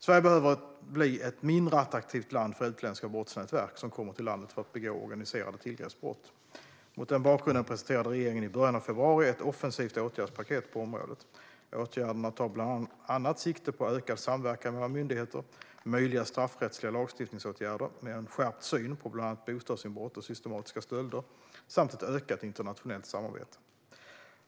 Sverige behöver bli ett mindre attraktivt land för utländska brottsnätverk som kommer till landet för att begå organiserade tillgreppsbrott. Mot den bakgrunden presenterade regeringen i början av februari ett offensivt åtgärdspaket på området. Åtgärderna tar bland annat sikte på ökad samverkan mellan myndigheter, möjliga straffrättsliga lagstiftningsåtgärder med en skärpt syn på bland annat bostadsinbrott och systematiska stölder samt ett ökat internationellt samarbete.